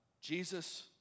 Jesus